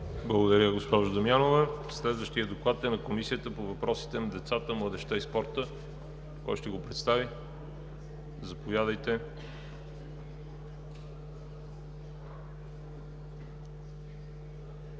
Благодаря, госпожо Дамянова. Следващият доклад е на Комисията по въпросите на децата, младежта и спорта. Заповядайте.